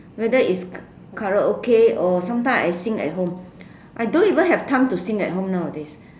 whether is karaoke or sometimes I sing at home I don't even have time to sing at home nowadays